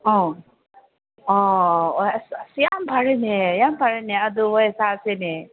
ꯑꯧ ꯑꯧ ꯑꯣ ꯑꯁ ꯌꯥꯝ ꯐꯔꯦꯅꯦ ꯌꯥꯝ ꯐꯔꯦꯅꯦ ꯑꯗꯨ ꯋꯥꯔꯤ ꯁꯥꯁꯤꯅꯦ